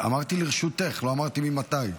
אמרתי לרשותך, לא אמרתי ממתי.